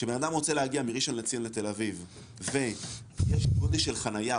כשבן אדם רוצה להגיע מראשון לציון לתל אביב ויש גודש של חניה,